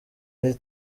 ari